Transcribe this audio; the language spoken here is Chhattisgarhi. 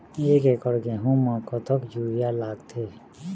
एक एकड़ गेहूं म कतक यूरिया लागथे?